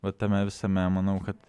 vat tame visame manau kad